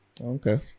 okay